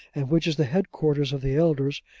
and which is the headquarters of the elders,